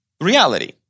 reality